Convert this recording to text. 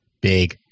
Big